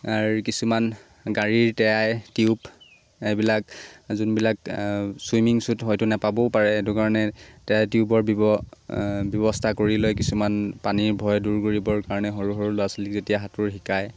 আৰু কিছুমান গাড়ীৰ টয়াই টিউব এইবিলাক যোনবিলাক চুইমিং চুট হয়তো নাপাবও পাৰে সেইটো কাৰণে টায়াৰ টিউবৰ ব্যৱস্থা কৰি লৈ কিছুমান পানীৰ ভয় দূৰ কৰিবৰ কাৰণে সৰু সৰু ল'ৰা ছোৱালীক যেতিয়া সাঁতোৰ শিকায়